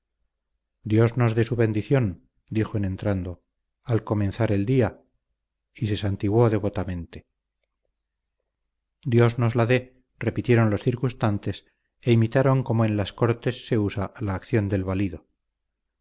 dios nos dé su bendición dijo en entrando al comenzar este día y se santiguó devotamente dios nos la dé repitieron los circunstantes e imitaron como en las cortes se usa la acción del valido